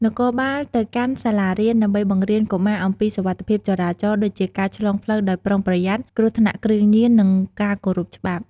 នគរបាលទៅកាន់សាលារៀន ដើម្បីបង្រៀនកុមារអំពីសុវត្ថិភាពចរាចរណ៍ ដូចជាការឆ្លងផ្លូវដោយប្រុងប្រយ័ត្ន គ្រោះថ្នាក់គ្រឿងញៀន និងការគោរពច្បាប់។